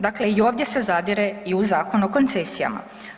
Dakle, i ovdje se zadire i u Zakon o koncesijama.